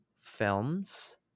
films